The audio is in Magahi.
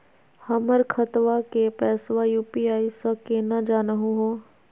हमर खतवा के पैसवा यू.पी.आई स केना जानहु हो?